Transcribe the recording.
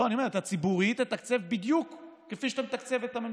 אני אומר: את הציבורי תתקצב בדיוק כפי שאתה מתקצב את הממשלתי,